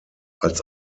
als